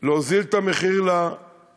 להוריד את המחיר לאזרחים.